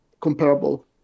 comparable